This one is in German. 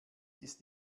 ist